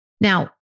Now